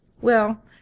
Well